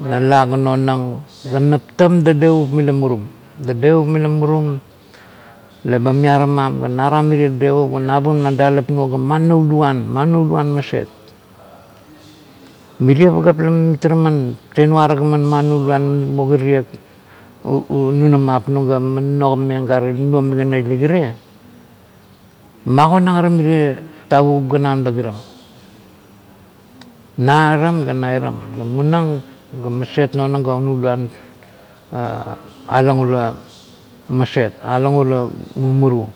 ga nala ga nonang ga naptang dadevup mila muru, dadevup mila murum iba miaramam ga naram mirie dadevup ga nabum na dalap nuo ga ma nauluan, ma nauluan maset. Mirie pagap la mitora man tenuara ga man manauluan ga ogirara ieng nunamap nung gaman nogigameng gare nanuo migana ila kire, magonang irie tavugup ganam la. Kiram, naram ga nairam, ga munang ga maset nonang ga onauluan ula maset, alang ula mumuru.